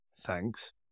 thanks